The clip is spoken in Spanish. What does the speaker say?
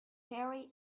carrie